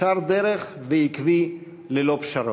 ישר-דרך ועקבי, ללא פשרות.